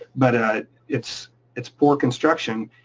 but ah it's it's poor construction,